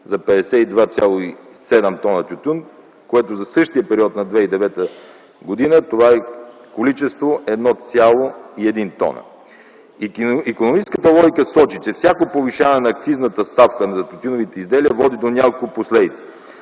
за 52,7 т тютюн, което за същия период на 2009 г. е 1,1 тона. Икономическата логика сочи, че всяко повишаване на акцизната ставка на тютюневите изделия води до няколко последици: